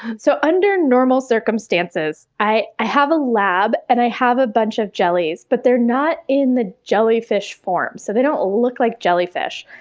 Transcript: so under normal circumstances i i have a lab and i have a bunch of jellies, but they're not in the jellyfish form, so they don't look like jellyfish.